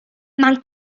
man